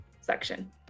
section